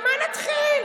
ממה נתחיל?